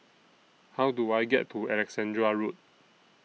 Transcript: How Do I get to Alexandra Road